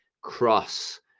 cross